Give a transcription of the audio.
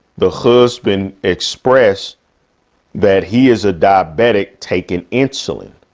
the husband expressed that he is a diabetic taking insulin.